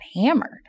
hammered